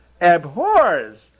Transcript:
abhors